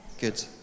Good